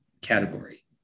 category